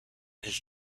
his